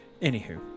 Anywho